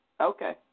Okay